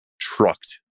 trucked